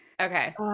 Okay